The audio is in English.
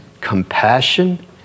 compassion